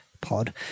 pod